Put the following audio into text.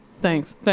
Thanks